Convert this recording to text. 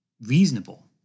reasonable